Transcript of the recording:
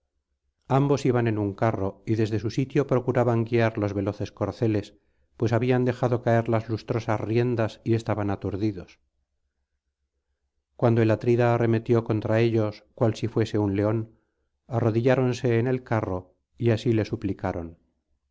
ambos iban en un carro y desde su sitio procuraban guiar los veloces corceles pues habían dejado caer las lustrosas riendas y estaban aturdidos cuando el atrida arremetió contra ellos cual si fuese un león arrodilláronse en el carro y así le suplicaron